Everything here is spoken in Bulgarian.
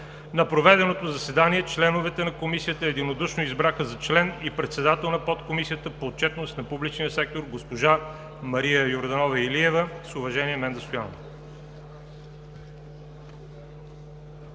На проведеното заседание членовете на Комисията единодушно избраха за член и председател на подкомисията по отчетност на публичния сектор госпожа Мария Йорданова Илиева. С уважение: Менда Стоянова.“